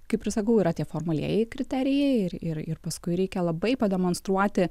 kaip ir sakau yra tie formalieji kriterijai ir ir ir paskui reikia labai pademonstruoti